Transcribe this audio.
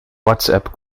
whatsapp